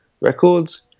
Records